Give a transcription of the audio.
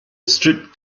stripped